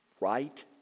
right